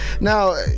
Now